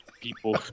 people